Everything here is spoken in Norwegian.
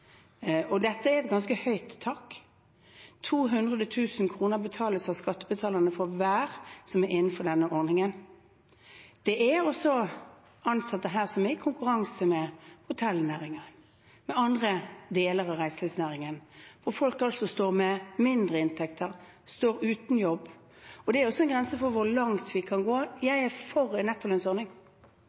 Dette er et ganske høyt tak. 200 000 kr betales av skattebetalerne for hver som er innenfor denne ordningen. Det er også ansatte her som er i konkurranse med hotellnæringen og med andre deler av reiselivsnæringen, hvor folk står med mindre inntekter og står uten jobb. Det er også en grense for hvor langt vi kan gå. Jeg er for en nettolønnsordning,